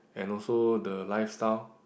and also the lifestyle